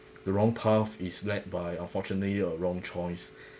the wrong path is led by unfortunately uh wrong choice